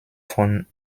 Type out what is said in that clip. von